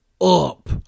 up